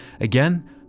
Again